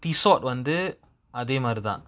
issol வந்து அதே மாரிதா:vanthu athe maarithaa